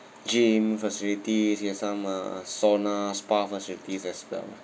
gym facilities you have some uh sauna spa facilities as well